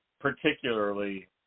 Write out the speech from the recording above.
particularly